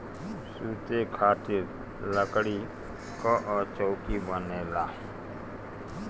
सुते खातिर लकड़ी कअ चउकी बनेला